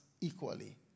equally